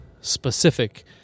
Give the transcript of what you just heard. specific